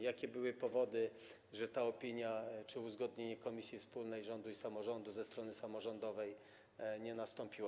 Jakie były powody, że tej opinii czy uzgodnienia komisji wspólnej rządu i samorządu ze strony samorządowej nie było?